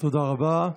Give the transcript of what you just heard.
תודה רבה.